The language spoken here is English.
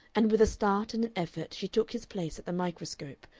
and with a start and an effort she took his place at the microscope,